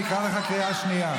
אני אקרא אותך בקריאה שנייה.